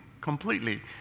completely